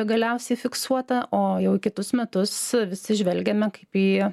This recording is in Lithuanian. galiausiai fiksuota o jau į kitus metus visi žvelgiame kaip į